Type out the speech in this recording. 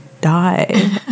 die